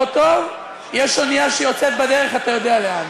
לא טוב, יש אונייה שיוצאת בדרך, אתה יודע לאן.